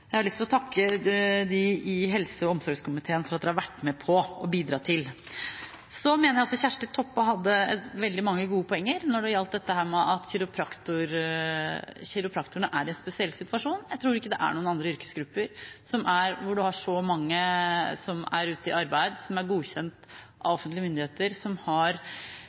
jeg har lyst til å takke dem i helse- og omsorgskomiteen for at de har vært med på å bidra til. Så mener jeg Kjersti Toppe hadde veldig mange gode poenger når det gjaldt dette med at kiropraktorene er i en spesiell situasjon. Jeg tror ikke det er noen andre yrkesgrupper hvor det er så mange som er ute i arbeid som er godkjent av offentlige myndigheter, som har